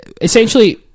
essentially